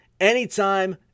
anytime